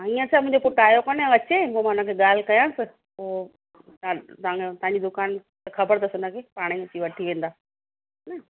हीअंर छा मुंहिंजो पुट आयो कोन्ह अचे मां पोइ उनखे ॻाल्हि कयांस पोइ तव्हां तव्हां दुकान ख़बर अथस उनखे पाणे ॾिसी वठी वेंदा न